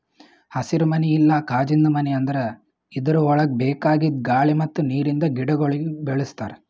ಹಸಿರುಮನಿ ಇಲ್ಲಾ ಕಾಜಿಂದು ಮನಿ ಅಂದುರ್ ಇದುರ್ ಒಳಗ್ ಬೇಕಾಗಿದ್ ಗಾಳಿ ಮತ್ತ್ ನೀರಿಂದ ಗಿಡಗೊಳಿಗ್ ಬೆಳಿಸ್ತಾರ್